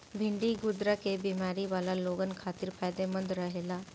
भिन्डी गुर्दा के बेमारी वाला लोगन खातिर फायदमंद रहेला